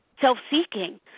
self-seeking